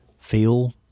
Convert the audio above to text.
feel